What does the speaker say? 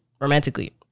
romantically